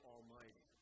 Almighty